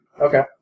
Okay